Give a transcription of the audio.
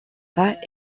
pas